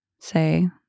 say